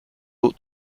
eaux